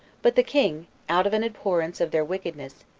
but the king, out of an abhorrence of their wickedness,